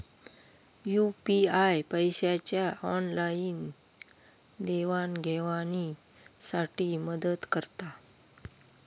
UPI पैशाच्या online देवाणघेवाणी साठी मदत करता